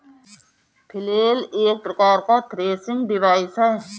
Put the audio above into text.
flail एक प्रकार का थ्रेसिंग डिवाइस है